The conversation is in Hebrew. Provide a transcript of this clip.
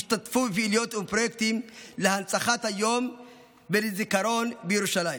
ישתתפו בפעילויות ובפרויקטים להנצחת היום ולזיכרון ירושלים.